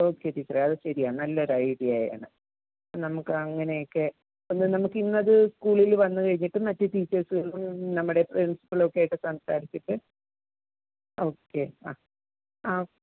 okay ടീച്ചറേ അത് ശരിയാണ് നല്ലൊരു ഐഡിയ ആണ് നമുക്ക് അങ്ങനെയൊക്കെ ഒന്ന് നമുക്ക് ഇന്ന് അത് സ്കൂളിൽ വന്നു കഴിഞ്ഞിട്ട് മറ്റു ടീച്ചേഴ്സിനോടും നമ്മുടെ പ്രിൻസിപ്പളും ഒക്കെയായിട്ട് സംസാരിച്ചിട്ട് ഓക്കെ ആ ആ